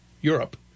Europe